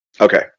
Okay